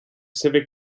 civic